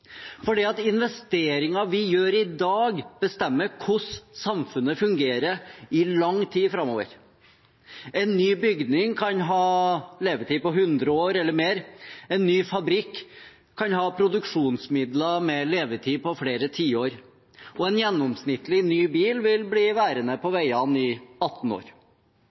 investeringer vi gjør i dag, bestemmer hvordan samfunnet fungerer i lang tid framover. En ny bygning kan ha en levetid på 100 år eller mer, en ny fabrikk kan ha produksjonsmidler med en levetid på flere tiår, og en gjennomsnittlig ny bil vil bli værende på veiene i 18 år.